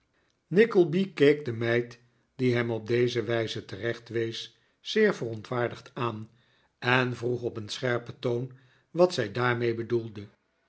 nickleby keek de meid die hem op deze manier terecht wees zeer verontwaardigd aan en vroeg op een scherpen toon wat zij daarmee bedoelde